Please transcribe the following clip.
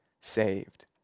saved